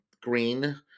green